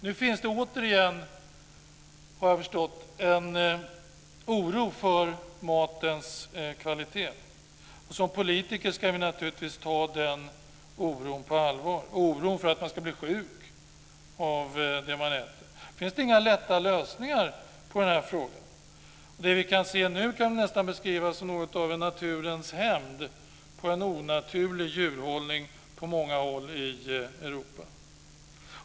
Nu finns det återigen, har jag förstått, en oro för matens kvalitet. Som politiker ska vi naturligtvis ta en den oron för att man ska bli sjuk av det man äter på allvar. Det finns inga lätta lösningar på den här frågan. Det vi ser nu kan nästan beskrivas som något av naturens hämnd på en onaturlig djurhållning på många håll i Europa.